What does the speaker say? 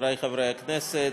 חברי חברי הכנסת,